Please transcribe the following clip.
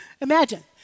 imagine